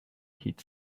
hit